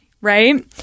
Right